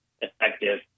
effective